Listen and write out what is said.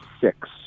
six